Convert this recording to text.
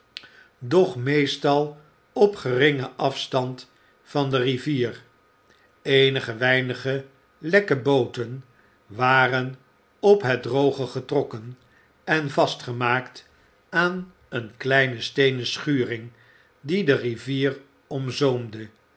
doch meestal op geringen afstand van de rivier eenige weinige lekke booten waren op het droge getrokken en vastgemaakt aan eene kleine steenen schuring die de rivier